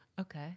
Okay